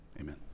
Amen